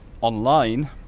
online